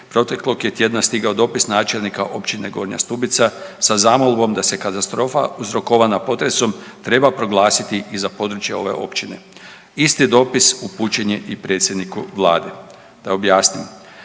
proteklog je tjedna stigao dopis načelnika općine Gornja Stubica da se katastrofa uzrokovana potresom treba proglasiti i za područje ove općine. Isti dopis upućen je i predsjedniku Vlade. Da objasnim.